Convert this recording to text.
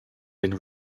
and